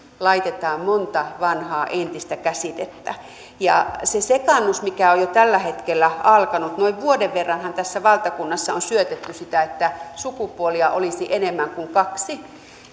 laitetaan monta vanhaa entistä käsitettä se sekaannus on jo tällä hetkellä alkanut noin vuoden verranhan tässä valtakunnassa on syötetty sitä että sukupuolia olisi enemmän kuin kaksi